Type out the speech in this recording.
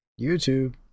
YouTube